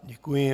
Děkuji.